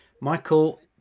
Michael